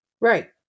Right